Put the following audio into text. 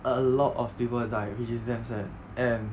a lot of people die which is damn sad and